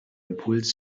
impuls